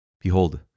Behold